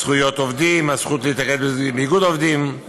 זכויות עובדים והזכות להתאגד באיגוד עובדים",